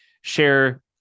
share